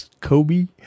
Kobe